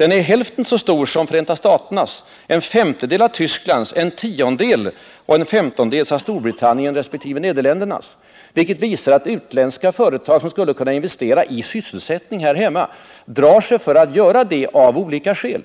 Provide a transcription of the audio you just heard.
Vår siffra är hälften så hög som Förenta staternas, en femtedel av Västtysklands, en tiondel och en femtondel av Storbritanniens resp. Nederländernas, vilket visar att utländska företag som skulle kunna investera i sysselsättning här i Sverige drar sig för att göra det av olika skäl.